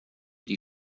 die